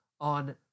on